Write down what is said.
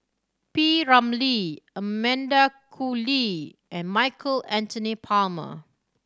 P Ramlee Amanda Koe Lee and Michael Anthony Palmer